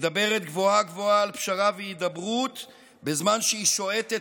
מדברת גבוהה-גבוהה על פשרה והידברות בזמן שהיא שועטת